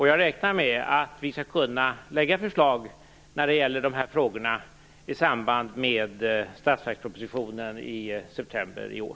Jag räknar med att vi skall kunna lägga fram förslag när det gäller dessa frågor i samband med statsverkspropositionen i september i år.